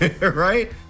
right